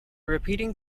repeating